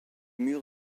mur